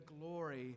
glory